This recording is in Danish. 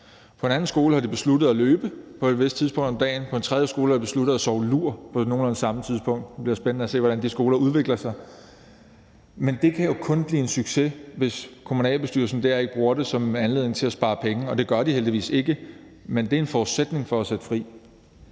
På en anden skole har de besluttet at løbe på et vist tidspunkt af dagen, og på en tredje skole har de besluttet at tage en lur på nogenlunde samme tidspunkt. Det bliver spændende at se, hvordan de skoler udvikler sig. Men det kan jo kun blive en succes, hvis kommunalbestyrelsen dér ikke bruger det som en anledning til at spare penge, og det gør den heldigvis ikke. Det er en forudsætning for at sætte fri.